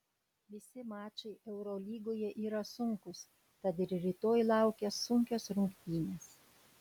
visi mačai eurolygoje yra sunkūs tad ir rytoj laukia sunkios rungtynės